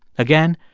again,